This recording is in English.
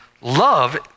Love